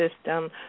system